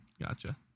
gotcha